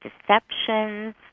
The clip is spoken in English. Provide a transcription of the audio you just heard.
deceptions